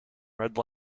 red